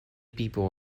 people